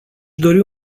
dori